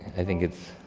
i think it's.